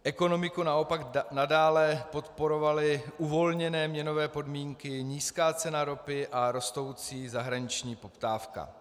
Ekonomiku naopak nadále podporovaly uvolněné měnové podmínky, nízká cena ropy a rostoucí zahraniční poptávka.